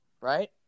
right